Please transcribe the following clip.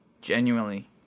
Genuinely